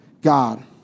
God